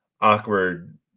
Awkward